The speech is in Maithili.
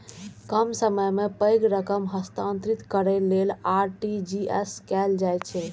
कम समय मे पैघ रकम हस्तांतरित करै लेल आर.टी.जी.एस कैल जाइ छै